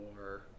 more